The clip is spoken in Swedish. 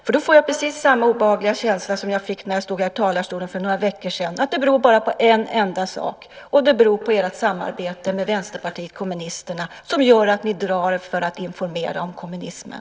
Jag får precis samma obehagliga känsla som jag fick när jag stod här i talarstolen för några veckor sedan, nämligen att det beror på en enda sak: ert samarbete med Vänsterpartiet kommunisterna som gör att ni drar er för att informera om kommunismen.